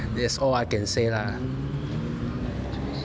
that's all I can say lah